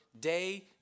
day